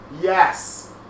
Yes